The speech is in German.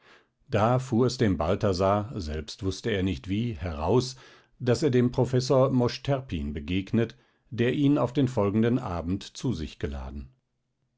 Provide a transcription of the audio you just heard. da fuhr es dem balthasar selbst wußte er nicht wie heraus daß er dem professor mosch terpin begegnet der ihn auf den folgenden abend zu sich geladen